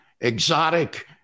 exotic